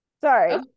Sorry